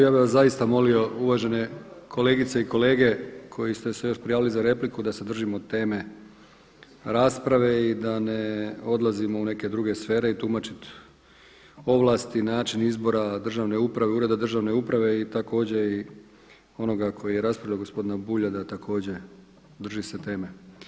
Ja bih vas zaista molio uvažene kolegice i kolege koji ste se još prijavili za repliku da se držimo teme rasprave i da ne odlazimo u neke druge sfere i tumačiti ovlasti, način izbora državne uprave, ureda državne uprave i također onoga tko je raspravljao, gospodina Bulja da također drži se teme.